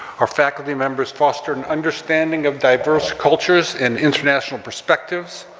our faculty members foster an understanding of diverse cultures in international perspectives,